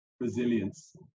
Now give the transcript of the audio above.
resilience